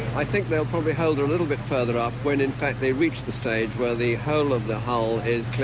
i think they'll probably hold her a little bit further up when in fact they reach the stage where the whole of the hull is